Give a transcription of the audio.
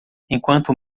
enquanto